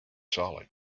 solid